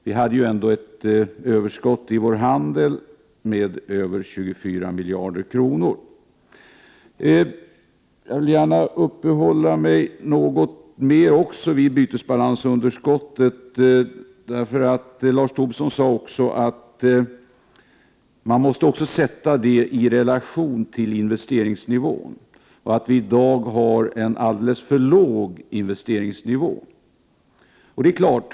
Vi hade ändå ett överskott i vår handel med över 24 miljarder kronor. Jag vill gärna uppehålla mig något mer vid bytesbalansunderskottet, eftersom Lars Tobisson också sade att underskottet måste sättas i relation till investeringsnivån och att vi i dag har en alldeles för låg investeringsnivå.